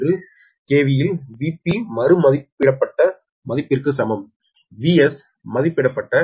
1 KV இல் Vp மறு மதிப்பிடப்பட்ட மதிப்பிற்கு சமம் Vs மதிப்பிடப்பட்ட